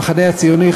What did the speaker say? המחנה הציוני,